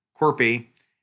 Corpy